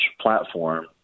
platform